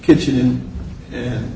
kitchen and